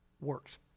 works